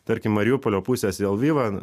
tarkim mariupolio pusės į lvivą